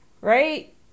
right